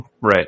right